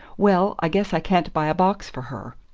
well, i guess i can't buy a box for her.